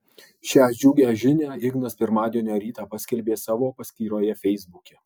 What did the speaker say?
šią džiugią žinią ignas pirmadienio rytą paskelbė savo paskyroje feisbuke